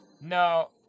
No